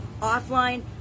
Offline